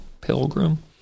pilgrim